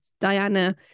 Diana